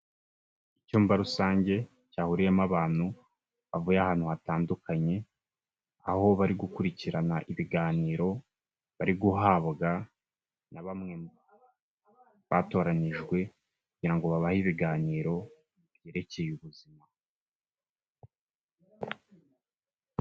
Icyumba rusange cyahuriyemo abantu bavuye ahantu hatandukanye, aho bari gukurikirana ibiganiro bari guhabwa na bamwe mu batoranijwe, kugira ngo babahe ibiganiro byerekeye ubuzima.